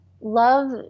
love